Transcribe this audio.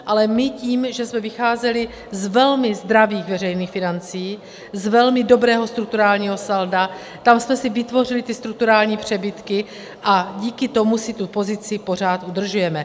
Ale my tím, že jsme vycházeli z velmi zdravých veřejných financí, z velmi dobrého strukturálního salda, tam jsme si vytvořili ty strukturální přebytky a díky tomu si tu pozici pořád udržujeme.